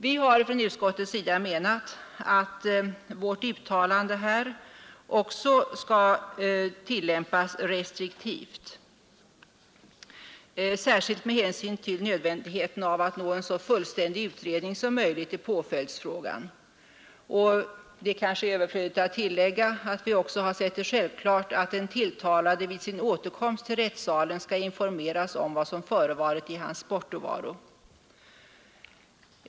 Vi har i utskottet menat att vårt uttalande också skall tillämpas restriktivt, särskilt med hänsyn till nödvändigheten av att nå en så fullständig utredning som möjligt i påföljdsfrågan. Det kanske är överflödigt att tillägga att vi också har ansett det självklart att den tilltalade vid sin återkomst till rättssalen skall informeras om vad som förekommit i hans bortovaro.